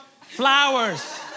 flowers